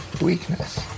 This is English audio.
weakness